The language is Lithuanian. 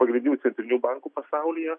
pagrindinių centrinių bankų pasaulyje